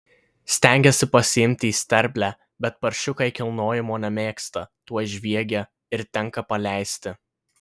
stengiasi pasiimti į sterblę bet paršiukai kilnojimo nemėgsta tuoj žviegia ir tenka paleisti